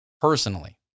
personally